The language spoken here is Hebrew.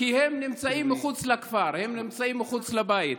כי הם נמצאים מחוץ לכפר, הם נמצאים מחוץ לבית.